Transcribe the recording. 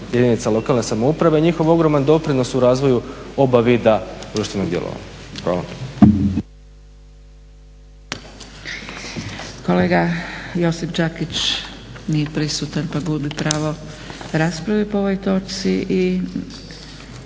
jedinica lokalne samouprave, njihov ogroman doprinos u razvoju oba vida društvenog djelovanja. Hvala.